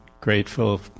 grateful